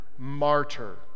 martyr